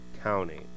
County